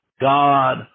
God